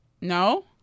No